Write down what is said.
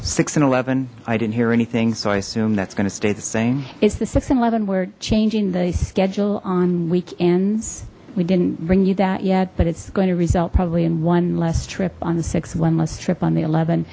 zero and eleven zero i didn't hear anything so i assume that's gonna stay the same it's the six in eleven we're changing the schedule on weekends we didn't bring you that yet but it's going to result probably in one less trip on the sixth one less trip on the eleven